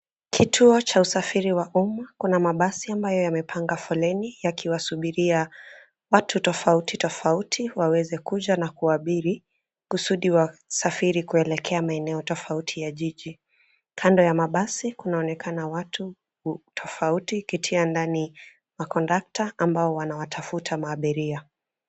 Kituo cha usafiri wa uma. Kuna mabasi ambayo yamepanga foleni, yakiwasubiria watu tofauti tofauti waweze kuja na kuabiri, kusudi wasafiri kuelekea maeneo tofauti ya jiji. Kando ya mabasi kunaonekana watu tofauti, kitia ndani makondakta ambao wanawatafuta maabiria.